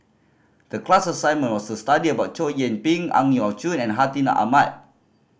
the class assignment was to study about Chow Yian Ping Ang Yau Choon and Hartinah Ahmad